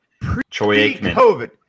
pre-COVID